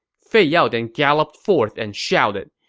fei yao then galloped forth and shouted,